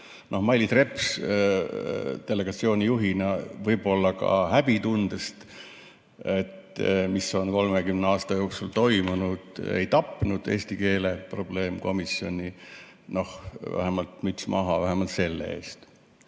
Mailis Reps delegatsiooni juhina võib-olla ka häbitundest, mis on 30 aasta jooksul toimunud, ei tapnud eesti keele probleemkomisjoni. Müts maha vähemalt selle eest!